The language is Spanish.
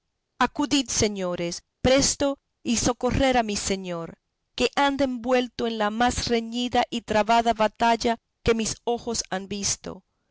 socorred a mi señor que anda envuelto en la más reñida y trabada batalla que mis ojos han visto